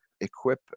equip